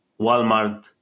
Walmart